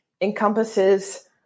encompasses